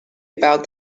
about